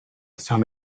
some